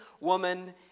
woman